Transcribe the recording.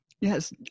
Yes